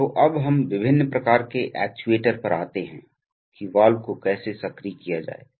keywords flow control valve actuators diaphragm solenoid actuators controller output दबाव स्थिति